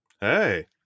Hey